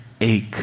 ache